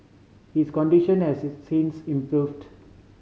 his condition has since improved